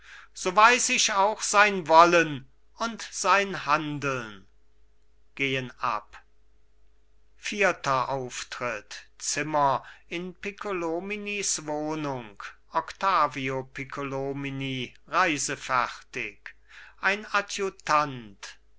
so weiß ich auch sein wollen und sein handeln gehen ab vierter auftritt zimmer in piccolominis wohnung octavio piccolomini reisefertig ein adjutant